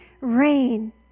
rain